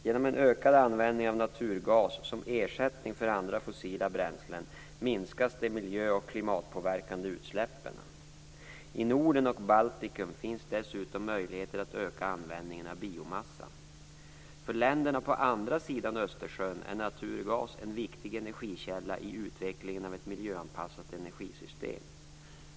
Genom en ökad användning av naturgas som ersättning för andra fossila bränslen minskas de miljö och klimatpåverkande utsläppen. I Norden och Baltikum finns dessutom möjligheter att öka användningen av biomassa. För länderna på andra sidan Östersjön är naturgas en viktig energikälla i utvecklingen av ett miljöanpassat energisystem.